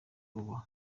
uba